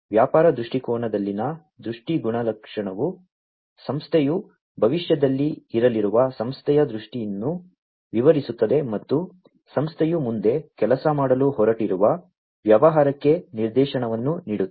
ವ್ಯಾಪಾರ ದೃಷ್ಟಿಕೋನದಲ್ಲಿನ ದೃಷ್ಟಿ ಗುಣಲಕ್ಷಣವು ಸಂಸ್ಥೆಯು ಭವಿಷ್ಯದಲ್ಲಿ ಇರಲಿರುವ ಸಂಸ್ಥೆಯ ದೃಷ್ಟಿಯನ್ನು ವಿವರಿಸುತ್ತದೆ ಮತ್ತು ಸಂಸ್ಥೆಯು ಮುಂದೆ ಕೆಲಸ ಮಾಡಲು ಹೊರಟಿರುವ ವ್ಯವಹಾರಕ್ಕೆ ನಿರ್ದೇಶನವನ್ನು ನೀಡುತ್ತದೆ